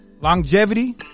Longevity